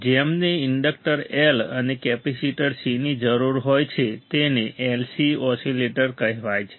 જેમને inductor L અને capacitor C ની જરૂર હોય છે તેને LC ઓસિલેટર કહેવાય છે